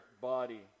body